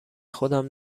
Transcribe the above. خودم